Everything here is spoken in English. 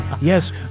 yes